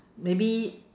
maybe